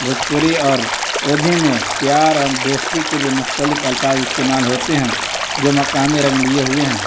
بھوجپوری اور اودھی میں پیار اور دوستی کے لیے مختلف الفاظ استعمال ہوتے ہیں جو مقامی رنگ لیے ہوئے ہیں